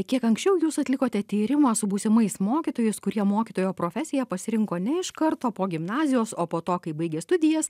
kiek anksčiau jūs atlikote tyrimą su būsimais mokytojais kurie mokytojo profesiją pasirinko ne iš karto po gimnazijos o po to kai baigė studijas